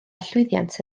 llwyddiant